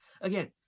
Again